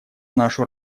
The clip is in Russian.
нашу